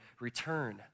return